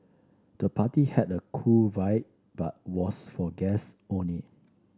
the party had a cool vibe but was for guests only